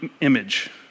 image